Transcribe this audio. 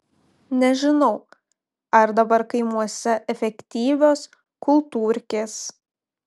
nežinau ar dabar kaimuose efektyvios kultūrkės